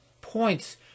points